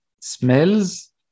smells